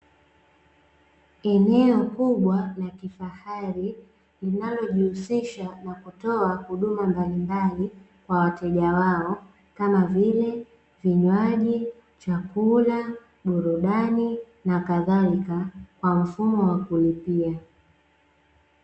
Eneo kubwa la kifahari linalojihusisha na kutoa huduma mbalimbali kwa wateja wao kama vile vinywaji, chakula, burudani na kadhalika kwa mfumo wa kulipia.